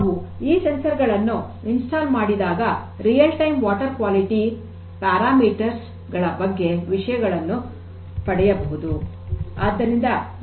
ನಾವು ಈ ಸಂವೇದಕಗಳನ್ನು ಸ್ಥಾಪನೆ ಮಾಡಿದಾಗೆ real time water quality parameters ಗಳ ಬಗ್ಗೆ ವಿಷಯಗಳನ್ನು ಪಡೆಯಬಹುದು